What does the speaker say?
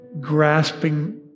grasping